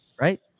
Right